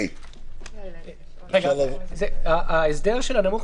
ברגע שאני גורע מהקופה שמציע ההסדר את שכר מנהל ההסדר,